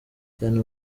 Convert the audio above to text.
cyane